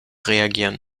reagieren